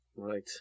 Right